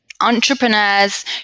entrepreneurs